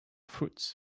fruits